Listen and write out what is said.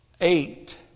eight